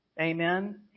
Amen